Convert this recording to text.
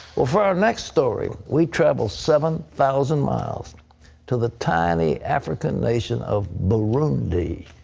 for our next story, we travelled seven thousand miles to the tiny african nation of burundi.